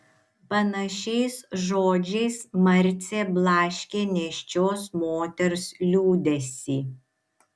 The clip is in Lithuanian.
panašiais žodžiais marcė blaškė nėščios moters liūdesį